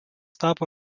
tapo